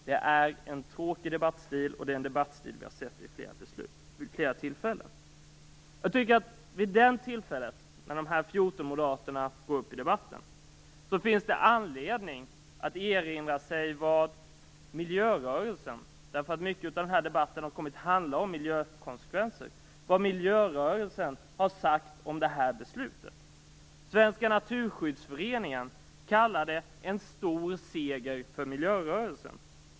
Det är en tråkig debattstil, och det är en debattstil vi har sett vid flera tillfällen. Vid detta tillfälle då 14 moderater går upp i debatten, finns det anledning att erinra sig vad miljörörelsen - mycket av debatten har kommit att handla om miljökonsekvenser - har sagt om beslutet. Svenska Naturskyddsföreningen kallade det en stor seger för miljörörelsen.